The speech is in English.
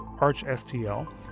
ArchSTL